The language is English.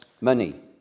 money